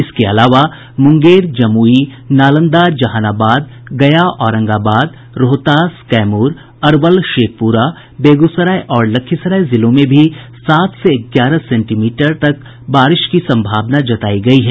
इसके अलावा मुंगेर जमुई नालंदा जहानाबाद गया औरंगाबाद रोहतास कैमूर अरवल शेखपुरा बेगूसराय और लखीसराय जिलों में सात से ग्यारह सेंटीमीटर तक बारिश की संभावना जतायी गयी है